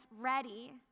ready